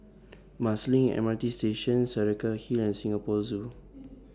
Marsiling M R T Station Saraca Hill and Singapore Zoo